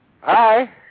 Hi